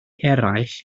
eraill